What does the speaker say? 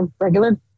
regular